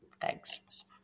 Thanks